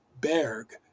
Berg